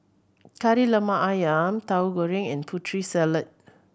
Kari Lemak Ayam Tauhu Goreng and Putri Salad